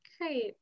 great